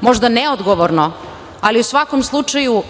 možda neodgovorno, ali u svakom slučaju,